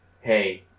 hey